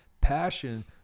Passion